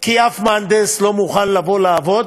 כי אף מהנדס לא מוכן לבוא לעבוד